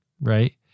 right